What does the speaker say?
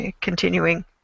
continuing